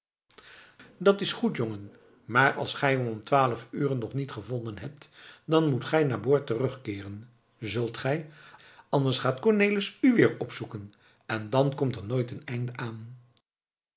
dat is goed jongen maar als gij hem om twaalf uren nog niet gevonden hebt dan moet gij naarboord terugkeeren zult gij anders gaat cornelis u weer zoeken en dan komt er nooit een einde aan